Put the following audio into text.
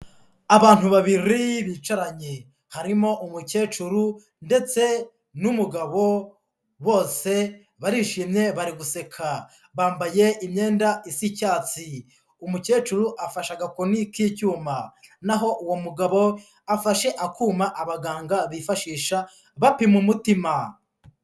Abantu babiri bicaranye harimo umukecuru ndetse n'umugabo, bose barishimye bari guseka, bambaye imyenda isa icyatsi, umukecuru afashe agakoni k'icyuma, naho uwo mugabo afashe akuma abaganga bifashisha bapima umutima.